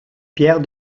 pierre